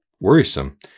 worrisome